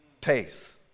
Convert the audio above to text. pace